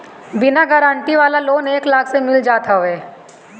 बिना गारंटी वाला लोन एक लाख ले मिल जात हवे